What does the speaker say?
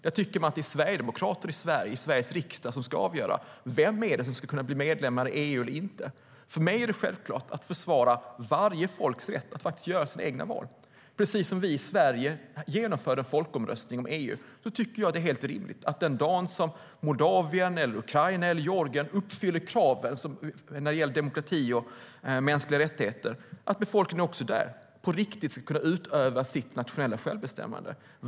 Man tycker att det är sverigedemokrater i Sveriges riksdag som ska avgöra vilka som ska eller inte ska kunna bli medlemmar i EU. För mig är det självklart att försvara varje folks rätt att göra sina egna val. På samma sätt som vi i Sverige genomförde en folkomröstning om EU tycker att jag att det är helt rimligt att befolkningen i Moldavien, Ukraina eller Georgien, den dag de länderna uppfyller kraven på demokrati och mänskliga rättigheter, på riktigt ska kunna utöva sitt nationella självbestämmande.